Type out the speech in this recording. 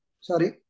sorry